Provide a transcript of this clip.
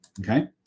Okay